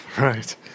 right